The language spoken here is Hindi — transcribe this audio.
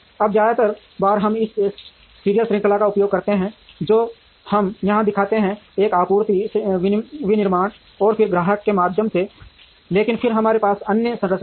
अब ज्यादातर बार हम इस सीरियल श्रृंखला का उपयोग करते हैं जो हम यहां दिखाते हैं एक आपूर्तिकर्ता विनिर्माण और फिर ग्राहक के माध्यम से लेकिन फिर हमारे पास अन्य संरचनाएं हैं